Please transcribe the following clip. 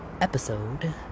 episode